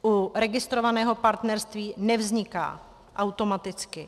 U registrovaného partnerství nevzniká automaticky.